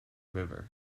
river